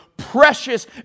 precious